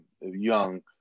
young